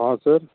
हाँ सर